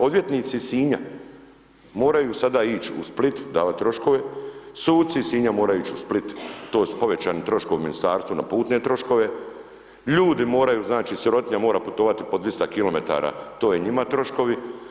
Odvjetnici iz Sinja moraju sada ići u Split, davati troškove, suci iz Sinja moraju ići u Split, to su povećani troškovi Ministarstvo na putne troškove, ljudi moraju, znači, sirotinja mora putovati po 200 km, to je njima troškovi.